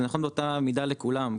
זה נכון באותה מידה לכולם,